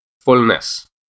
fullness